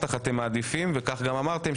אך אתם מעדיפים וכך גם אמרתם,